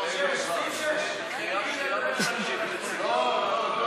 קריאה שנייה ושלישית, לא, לא.